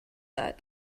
that